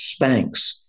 Spanx